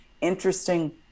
interesting